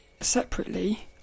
separately